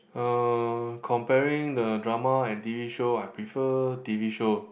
uh comparing the drama and T_V show I prefer T_V show